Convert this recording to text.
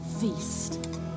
feast